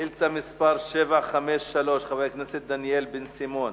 בבסיס האימונים החטיבתי גולני כופים על חיילים דתיים לגלח את זקנם.